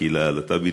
לקהילה הלהט"בית.